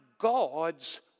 God's